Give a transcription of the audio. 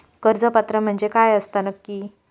कर्ज पात्र म्हणजे काय असता नक्की?